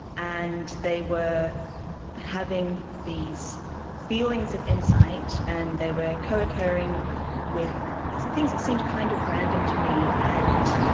and they were having these feelings of insight and they were co-occurring with things that seemed kind of random to me. and